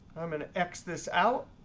i'm going to x this out.